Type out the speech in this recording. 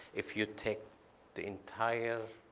if you take the entire